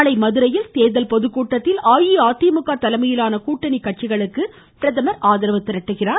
நாளை மதுரையில் தேர்தல் பொதுக்கூட்டத்தில் அஇஅதிமுக தலைமையிலான கூட்டணி கட்சிகளுக்கு அவர் ஆதரவு திரட்டுகிறார்